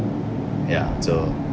ya so